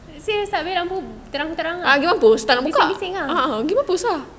serious ah abeh lampu terang-terang bising-bising ah